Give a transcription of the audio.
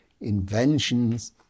inventions